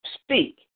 speak